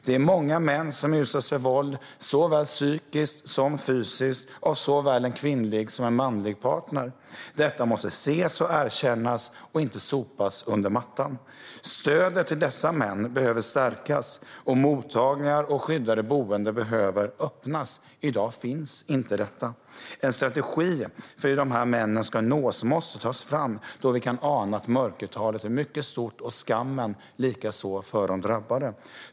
Det är många män som utsätts för våld, såväl psykiskt som fysiskt, av såväl en kvinnlig som en manlig partner. Detta måste ses och erkännas och inte sopas under mattan. Stödet till dessa män behöver stärkas, och mottagningar och skyddade boenden behöver öppnas. I dag finns inte detta. En strategi för hur dessa män ska nås måste tas fram, då vi kan ana att mörkertalet är mycket stort, liksom skammen för de drabbade.